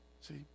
See